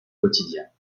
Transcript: quotidiens